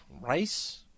Rice